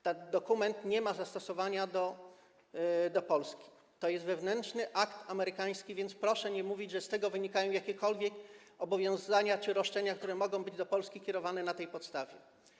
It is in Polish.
Ten dokument nie ma zastosowania do Polski, to jest wewnętrzny akt amerykański, więc proszę nie mówić, że z tego wynikają jakiekolwiek zobowiązania czy roszczenia, które mogą być do Polski kierowane na tej podstawie.